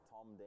Tom